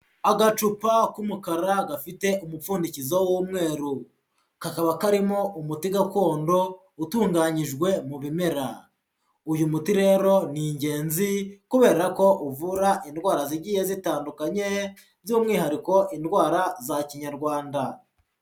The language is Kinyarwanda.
Agacupa k'umukara gafite umupfundikizo w'umweru. Kakaba karimo umuti gakondo, utunganyijwe mu bimera. Uyu muti rero ni ingenzi kubera ko uvura indwara zigiye zitandukanye, by'umwihariko indwara za kinyarwanda.